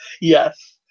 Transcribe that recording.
Yes